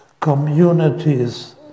communities